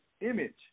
image